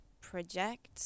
project